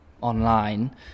online